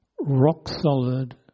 rock-solid